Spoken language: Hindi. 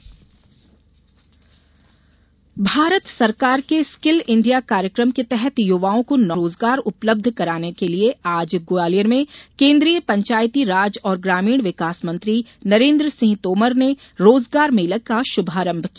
रोजगार मेला भारत सरकार के स्किल इंडिया कार्यकम के तहत युवाओं को रोजगार उपलब्ध कराने के लिये आज ग्वालियर में केन्द्रीय पंचायती राज और ग्रामीण विकास मंत्री नरेन्द्र सिंह तोमर ने रोजगार मेले का शुभारंभ किया